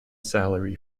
salary